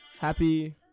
Happy